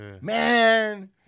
man